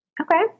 Okay